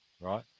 Right